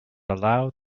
aloud